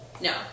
No